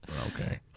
Okay